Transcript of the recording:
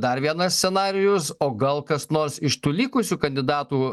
dar vienas scenarijus o gal kas nors iš tų likusių kandidatų